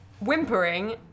whimpering